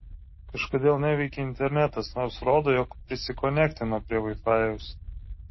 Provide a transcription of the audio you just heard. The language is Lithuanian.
kažkodėl neveikia internetas nors rodo jog prisikonektino prie vaifajaus